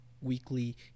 weekly